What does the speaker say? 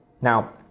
now